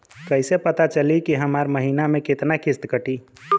कईसे पता चली की हमार महीना में कितना किस्त कटी?